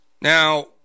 Now